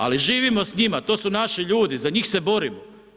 Ali živimo s njima, to su naši ljudi, za njih se borimo.